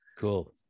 Cool